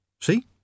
See